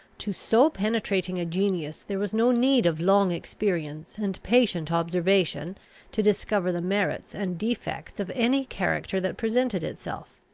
to so penetrating a genius there was no need of long experience and patient observation to discover the merits and defects of any character that presented itself.